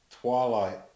Twilight